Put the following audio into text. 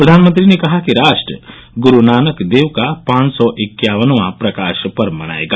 प्रधानमंत्री ने कहा कि राष्ट्र ग्रु नानक देव का पांच सौ इक्यावनां प्रकाश पर्व मनाएगा